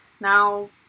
now